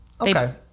Okay